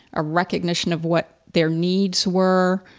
a recognition of what their needs were,